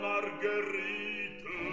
Marguerite